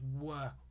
work